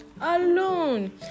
Alone